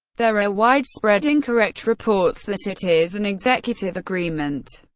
there are widespread incorrect reports that it is an executive agreement.